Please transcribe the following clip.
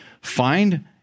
Find